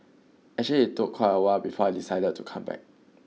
actually it took quite a while before I decided to come back